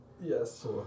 Yes